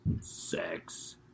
sex